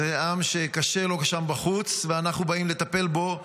זה עם שקשה לו שם בחוץ, ואנחנו באים לטפל בו,